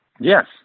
Yes